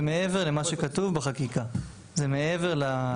זה מעבר למה שכתוב בחקיקה, זה מעבר לסכום.